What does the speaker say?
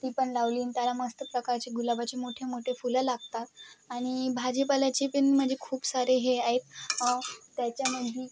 ती पण लावली आणि त्याला मस्त प्रकारची गुलाबाचे मोठे मोठे फुलं लागतात आणि भाजीपाल्याचे बिन म्हणजे खूप सारे हे आहेत त्याच्यामध्ये